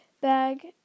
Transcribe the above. bag